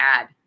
add